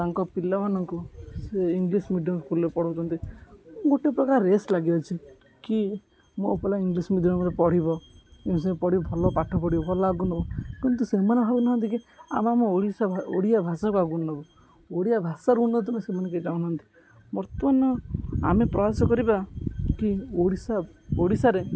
ତାଙ୍କ ପିଲାମାନଙ୍କୁ ସେ ଇଂଲିଶ ମିଡିୟମ ସ୍କୁଲରେ ପଢ଼ଉଛନ୍ତି ଗୋଟେ ପ୍ରକାର ରେସ୍ ଲାଗିଛି କି ମୋ ପିଲା ଇଂଲିଶ ମିଡିୟମରେ ପଢ଼ିବ ଏ ସେ ପଢ଼ିବି ଭଲ ପାଠ ପଢ଼ିବ ଭଲ ଆଗକୁ ନେବ କିନ୍ତୁ ସେମାନେ ଭାବୁନାହାନ୍ତି କି ଆମେ ଆମ ଓଡ଼ିଶା ଓଡ଼ିଆ ଭାଷାକୁ ଆଗକୁ ନେବୁ ଓଡ଼ିଆ ଭାଷାର ଉନ୍ନତି ସେମାନେ ଚାହୁଁନାହାନ୍ତି ବର୍ତ୍ତମାନ ଆମେ ପ୍ରୟାସ କରିବା କି ଓଡ଼ିଶା ଓଡ଼ିଶାରେ